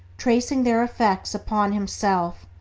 tracing their effects upon himself,